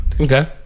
Okay